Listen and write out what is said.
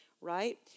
right